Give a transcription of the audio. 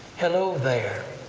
hello there!